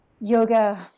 yoga